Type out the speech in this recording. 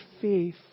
faith